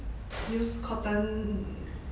use cotton